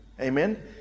amen